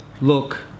Look